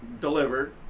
delivered